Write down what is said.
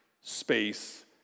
space